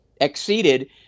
exceeded